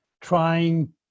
trying